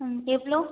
ம் எவ்வளோ